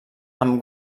amb